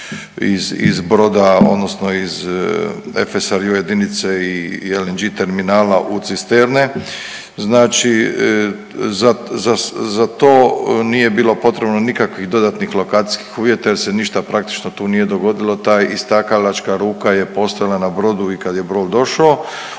iz broda, odnosno iz FSRU jedinice i LNG terminala u cisterne. Znači, za to nije bilo potrebno nikakvih dodatnih lokacijskih uvjeta, jer se ništa praktično tu nije dogodilo. Ta istakalačka ruka je postojala na brodu i kad je brod došao.